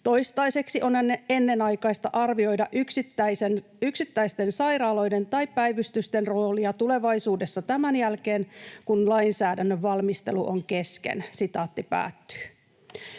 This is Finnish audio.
Toistaiseksi on ennenaikaista arvioida yksittäisten sairaaloiden tai päivystysten roolia tulevaisuudessa tämän jälkeen, kun lainsäädännön valmistelu on kesken.” Tästä